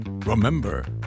remember